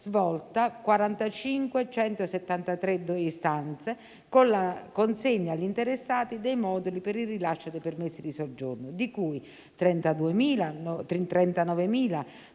svolta, 45.173 istanze, con la consegna agli interessati dei moduli per il rilascio dei permessi di soggiorno, di cui 39.292